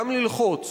גם ללחוץ